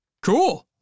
cool